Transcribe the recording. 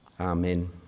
Amen